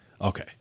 okay